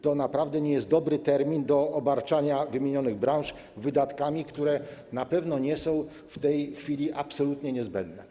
To naprawdę nie jest dobry termin do obarczania wymienionych branż wydatkami, które na pewno nie są w tej chwili absolutnie niezbędne.